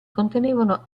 contenevano